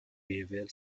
behavioral